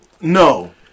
No